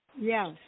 yes